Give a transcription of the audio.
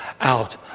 out